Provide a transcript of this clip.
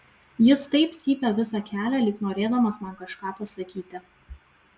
jis taip cypė visą kelią lyg norėdamas man kažką pasakyti